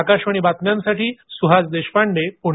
आकाशवाणी बातम्यांसाठी सुहास देशपांडे प्रणे